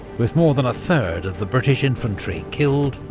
with more than a third of the british infantry killed,